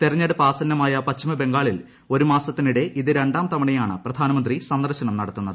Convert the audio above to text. തെരഞ്ഞെടുപ്പ് ആസന്നമായ പശ്ചിമബംഗാളിൽ ഒരു മാസത്തിനിടെ ഇത് രണ്ടാം തവണയാണ് പ്രധാനമന്ത്രി സന്ദർശനം നടത്തുന്നത്